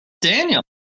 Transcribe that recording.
Daniel